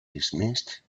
dismissed